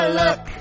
look